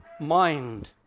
mind